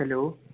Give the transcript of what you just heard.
hello